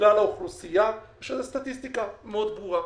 מכלל האוכלוסייה יש סטטיסטיקה מאוד ברורה.